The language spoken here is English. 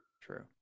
True